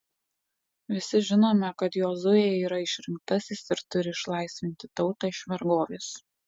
visi žinome kad jozuė yra išrinktasis ir turi išlaisvinti tautą iš vergovės